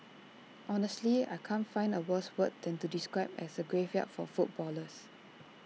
honestly I can't find A worse word than to describe as A graveyard for footballers